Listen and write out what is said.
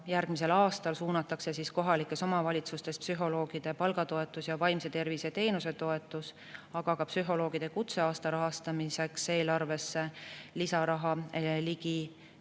Järgmisel aastal suunatakse kohalikes omavalitsustes psühholoogide palgatoetuse ja vaimse tervise teenuse toetuse, aga ka psühholoogide kutseaasta rahastamiseks eelarvesse ligi